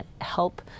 help